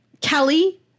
Kelly